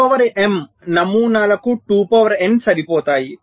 2 power m నమూనాలకు 2 power n సరిపోతాయి